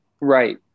Right